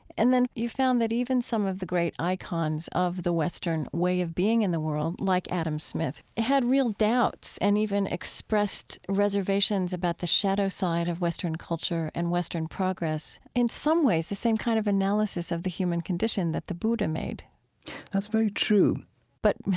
and then, you found that even some of the great icons of the western way of being in the world, like adam smith, had real doubts and even expressed reservations about the shadow side of western culture and western progress, in some ways, the same kind of analysis of the human condition that the buddha made that's very true but,